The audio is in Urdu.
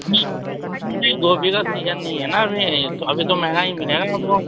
گوبھی کا سیجن نہیں ہے نا ابھی تو ابھی تو مہنگا ہی ملے گا وہ